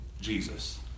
Jesus